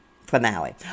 finale